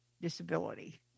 disability